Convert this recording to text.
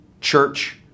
church